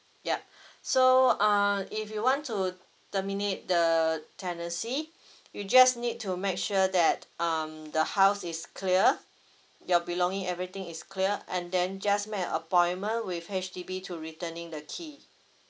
yup so uh if you want to terminate the tenancy you just need to make sure that um the house is clear your belonging everything is cleared and then just make an appointment with H_D_B to returning the key